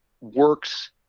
works